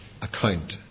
account